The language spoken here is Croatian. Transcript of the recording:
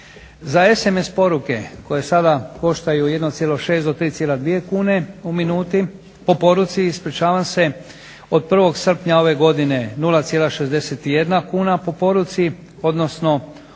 Za SMS poruke koje sada koštaju 1,6 do 3,2 kn po poruci od 1. srpnja ove godine 0,61 kn po poruci odnosno